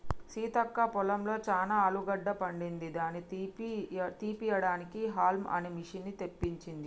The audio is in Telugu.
సీతక్క పొలంలో చానా ఆలుగడ్డ పండింది దాని తీపియడానికి హౌల్మ్ అనే మిషిన్ని తెప్పించింది